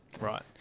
Right